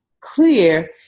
clear